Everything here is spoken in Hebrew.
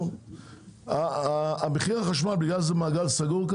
בגלל שזה מעגל סגור,